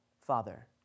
Father